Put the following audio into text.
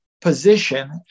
position